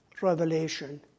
revelation